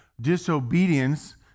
disobedience